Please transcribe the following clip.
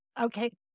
Okay